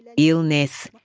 illness,